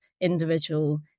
individual